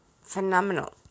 Phenomenal